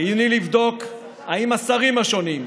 חיוני לבדוק אם השרים השונים,